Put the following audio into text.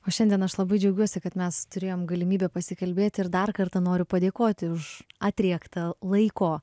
o šiandien aš labai džiaugiuosi kad mes turėjom galimybę pasikalbėti ir dar kartą noriu padėkoti už atriektą laiko